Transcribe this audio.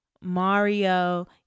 Mario